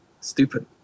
stupid